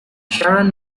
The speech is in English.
sharon